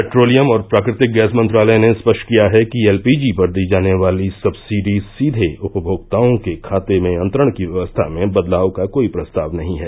petroleum और प्राकृतिक gas मंत्रालय ने स्पष्ट किया है कि एल पी जी पर दी जाने वाली सबसिडी सीधे उपभोक्ताओं के खाते में अंतरण की व्यवस्था में बदलाव का कोई प्रस्ताव नहीं है